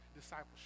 discipleship